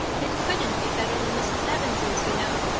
it couldn't be better than mrs. evans's, you know,